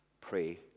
pray